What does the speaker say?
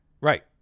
Right